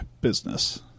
business